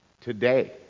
today